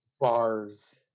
bars